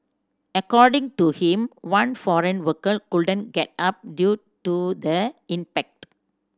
according to him one foreign worker couldn't get up due to the impact